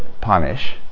punish